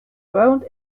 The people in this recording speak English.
ground